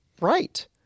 right